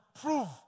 prove